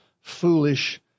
foolish